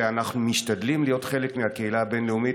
ואנחנו משתדלים להיות חלק מהקהילה הבין-לאומית.